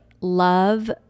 love